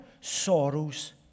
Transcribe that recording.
sorrows